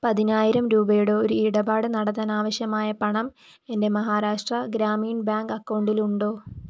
പതിനായിരം രൂപയുടെ ഒരു ഇടപാട് നടത്താൻ ആവശ്യമായ പണം എന്റെ മഹാരാഷ്ട്രാ ഗ്രാമീൺ ബാങ്ക് അക്കൗണ്ടിലുണ്ടോ